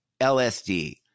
LSD